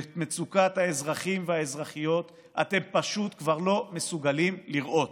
ואת מצוקת האזרחים והאזרחיות אתם פשוט כבר לא מסוגלים לראות.